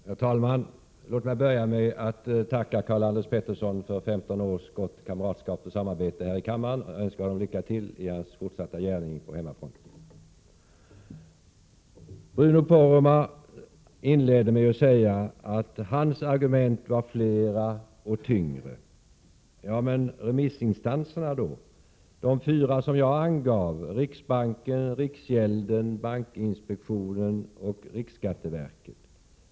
Herr talman! Låt mig börja med att tacka Karl-Anders Petersson för 15 års gott kamratskap och samarbete här i kammaren. Jag önskar honom lycka till i hans fortsatta gärning på hemmafronten. Bruno Poromaa inledde med att säga att hans argument var fler och tyngre. Ja, men remissinstanserna då — de fyra som jag angav: riksbanken, riksgälden, bankinspektionen och riksskatteverket!